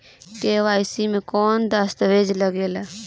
KYC मे कौन दश्तावेज लागेला?